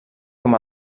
com